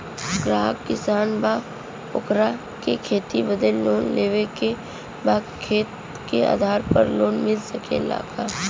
ग्राहक किसान बा ओकरा के खेती बदे लोन लेवे के बा खेत के आधार पर लोन मिल सके ला?